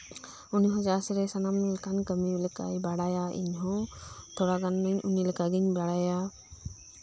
ᱩᱱᱤ ᱦᱚᱸ ᱪᱟᱥᱨᱮ ᱥᱟᱱᱟᱢ ᱞᱮᱠᱟᱱ ᱠᱟᱹᱢᱤᱭ ᱵᱟᱲᱟᱭᱟ ᱤᱧ ᱦᱚᱸ ᱛᱷᱚᱲᱟ ᱜᱟᱱᱜᱮ ᱩᱱᱤ ᱞᱮᱠᱟᱧ ᱵᱟᱲᱟᱭᱟ